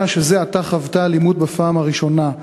ובין אם מדובר באישה שזה עתה חוותה אלימות בפעם הראשונה.